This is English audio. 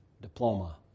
diploma